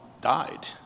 died